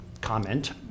comment